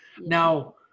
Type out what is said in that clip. Now